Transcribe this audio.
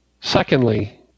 Secondly